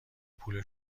پول